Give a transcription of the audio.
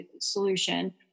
solution